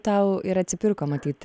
tau ir atsipirko matyt